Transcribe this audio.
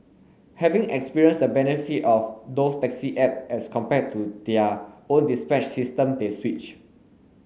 having experienced the benefit of those taxi app as compared to their own dispatch system they switch